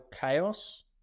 chaos